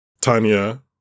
Tanya